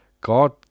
God